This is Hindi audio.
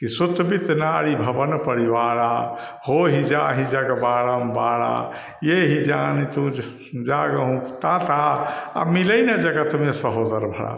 कि सुत बित नारी भवन परिवारा हो ही जाहि जग बारंबारा ये ही जान तो जाग हों ताता अब मिले ही ना जगत में सहोदर भात